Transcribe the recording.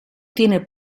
tiene